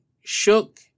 shook